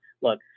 look